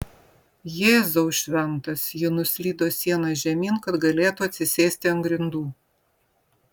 jėzau šventas ji nuslydo siena žemyn kad galėtų atsisėsti ant grindų